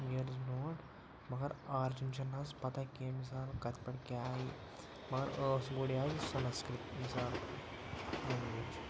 years برٛونٛٹھ مگر origin چھَنہٕ حظ پَتہ کَمہِ حِساب کَتہِ پٮ۪ٹھ کیٛاہ آیہِ مگر ٲس گۄڈٕ یہِ حظ سَنَسکِرٛت مِثال لٮ۪نٛگویج